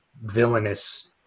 villainous